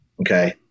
Okay